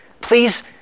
Please